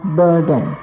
burden